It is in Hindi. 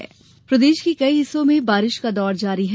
मौसम प्रदेश के कई हिस्सों में बारिश का दौर जारी है